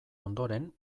ondoren